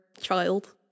child